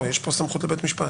לא, יש פה סמכות לבית המשפט.